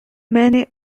many